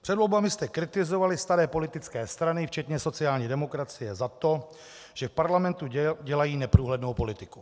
Před volbami jste kritizovali staré politické strany včetně sociální demokracie za to, že v parlamentu dělají neprůhlednou politiku.